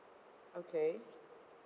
okay